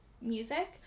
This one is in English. music